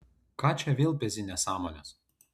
ką čia vėl pezi nesąmones